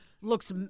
looks